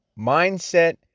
Mindset